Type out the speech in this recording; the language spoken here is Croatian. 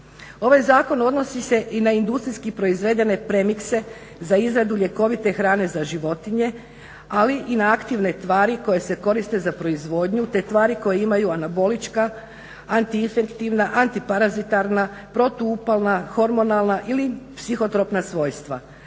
Ovaj zakon odnosi se i na industrijski proizvedene premikse za izradu ljekovite hrane za životinje, ali i na aktivne tvari koje se koriste za proizvodnju te tvari koje imaju anabolička, antiinfektivna, antiparazitarna, protuupalna, hormonalna ili psihotropna svojstva.